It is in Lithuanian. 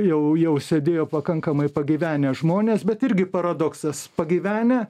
jau jau sėdėjo pakankamai pagyvenę žmonės bet irgi paradoksas pagyvenę